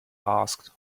asked